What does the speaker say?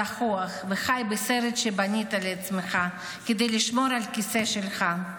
זחוח וחי בסרט שבנית לעצמך כדי לשמור על הכיסא שלך,